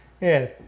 Yes